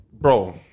bro